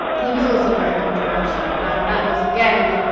he was also very controversial, and that was again,